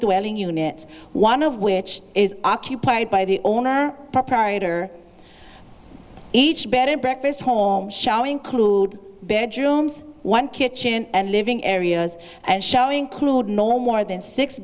dwelling units one of which is occupied by the owner proprietor each bed and breakfast home shall include bedrooms one kitchen and living areas and showing crude no more than six